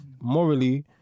Morally